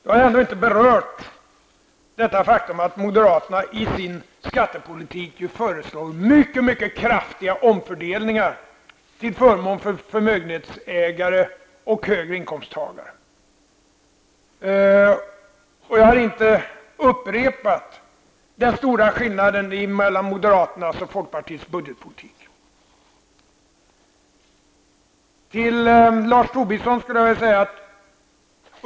Jag har ännu inte berört det faktum att moderaterna i sin skattepolitik föreslår mycket mycket kraftiga omfördelningar till förmån för förmögenhetsägare och högre inkomsttagare, och jag har inte upprepat vad som är den stora skillnaden mellan moderaternas och folkpartiets budgetpolitik. Till Lars Tobisson skulle jag vilja säga följande.